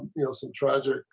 nelson charge ah